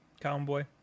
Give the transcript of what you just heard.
cowboy